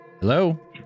Hello